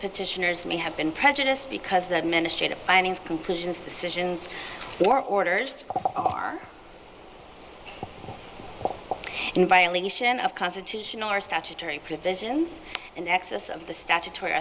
petitioners may have been prejudiced because the administration findings conclusions decisions or orders are in violation of constitutional or statutory provisions in excess of the statutory